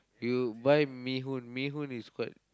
you buy mee-hoon mee-hoon is quite